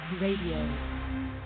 Radio